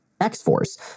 X-Force